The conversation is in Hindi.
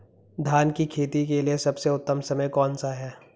धान की खेती के लिए सबसे उत्तम समय कौनसा है?